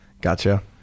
Gotcha